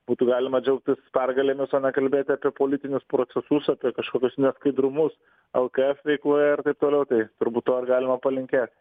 būtų galima džiaugtis pergalėmis o ne kalbėti apie politinius procesus apie kažkokius neskaidrumus lkf veikloje ir taip toliau tai turbūt to ir galima palinkėti